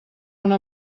una